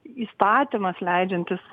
įstatymas leidžiantis